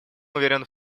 уверен